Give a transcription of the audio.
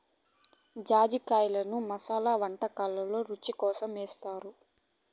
జాజికాయను మసాలా వంటకాలల్లో రుచి కోసం ఏస్తారు